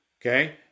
okay